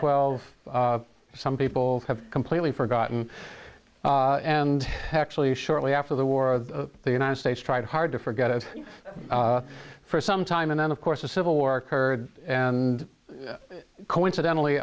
twelve some people have completely forgotten and actually shortly after the war the united states tried hard to forget it for some time and then of course the civil war curd and coincidentally